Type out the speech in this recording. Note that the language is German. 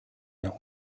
der